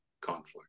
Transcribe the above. conflict